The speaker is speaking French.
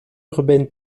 urbaine